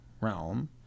realm